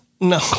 No